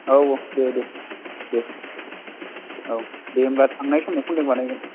औ दे दे दे औ दे होनबा थांनाय समाव खनथेक बानायगोन